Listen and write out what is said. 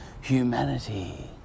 humanity